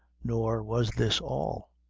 nor was this all.